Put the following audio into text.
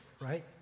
right